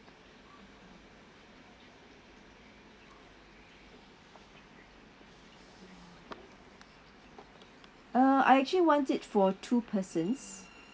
uh I actually want it for two persons